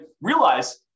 realize